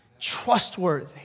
trustworthy